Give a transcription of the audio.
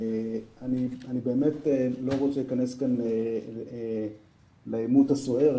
אני לא רוצה להיכנס כאן לעימות הסוער,